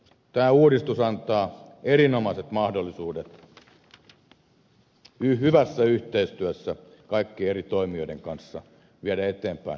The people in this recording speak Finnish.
tämä uudistus antaa erinomaiset mahdollisuudet hyvässä yhteistyössä kaikkien eri toimijoiden kanssa viedä eteenpäin suomalaista yliopistoa